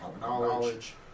knowledge